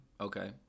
Okay